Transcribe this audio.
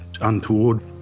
untoward